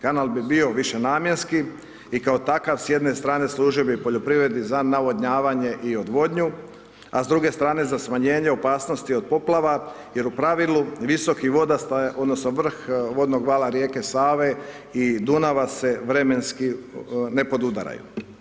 Kanal bi bio višenamjenski i kao takav s jedne strane služio bi poljoprivredi za navodnjavanje i odvodnju, a s druge strane za smanjenje opasnosti od poplava jer u pravilu, visoki vodostaj odnosno vrh vodnog vala rijeke Save i Dunava se vremenski nepodudaraju.